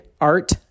art